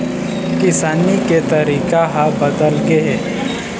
किसानी के तरीका ह बदल गे हे